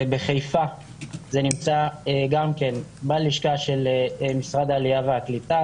בחיפה זה נמצא גם כן בלשכה של משרד העלייה והקליטה.